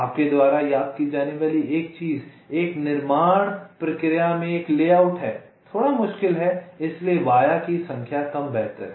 आपके द्वारा याद की जाने वाली एक चीज़ एक निर्माण प्रक्रिया में एक लेआउट है थोड़ा मुश्किल है इसलिए वाया की संख्या कम बेहतर है